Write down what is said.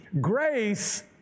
grace